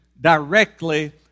directly